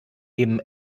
eben